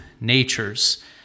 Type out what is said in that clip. natures